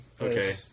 Okay